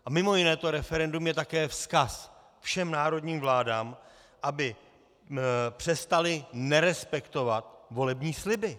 A mimo jiné to referendum je také vzkaz všem národním vládám, aby přestaly nerespektovat volební sliby.